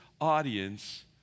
audience